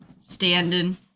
Standing